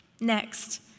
Next